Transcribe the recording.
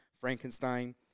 Frankenstein